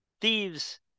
thieves